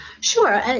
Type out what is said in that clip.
Sure